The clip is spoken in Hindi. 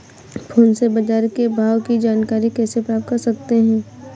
फोन से बाजार के भाव की जानकारी कैसे प्राप्त कर सकते हैं?